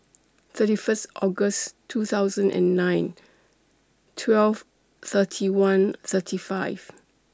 thirty First August two thousand and nine twelve thirty one thirty five